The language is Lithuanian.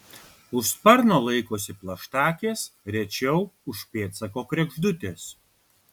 už sparno laikosi plaštakės rečiau už pėdsako kregždutės